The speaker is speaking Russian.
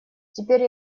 теперь